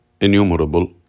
innumerable